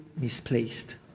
misplaced